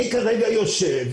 אני כרגע יושב